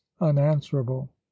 unanswerable